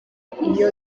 iyo